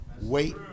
Wait